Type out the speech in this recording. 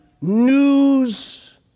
news